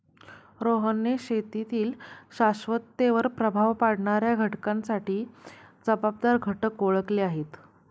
रोहनने शेतीतील शाश्वततेवर प्रभाव पाडणाऱ्या घटकांसाठी जबाबदार घटक ओळखले आहेत